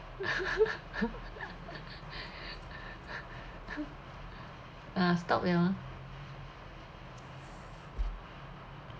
ah stop liao ah